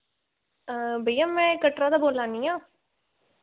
भैया मैं कटरा दा बोल्ला नी आं